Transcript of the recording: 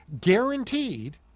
guaranteed